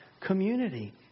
community